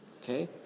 okay